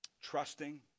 trusting